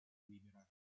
libera